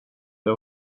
det